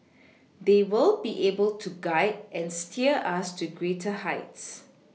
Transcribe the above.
they will be able to guide and steer us to greater heights